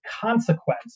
consequence